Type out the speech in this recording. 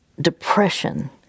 depression